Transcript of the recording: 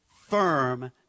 firm